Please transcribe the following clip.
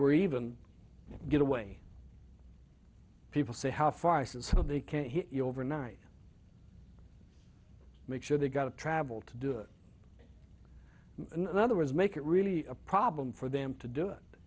we're even get away people say how far is it so they can hit you overnight make sure they got to travel to do it in other words make it really a problem for them to do it